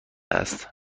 است